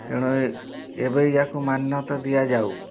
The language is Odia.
ତେଣୁ ଏବେ ଏହାକୁ ମାନ୍ୟତା ଦିଆଯାଉ